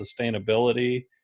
sustainability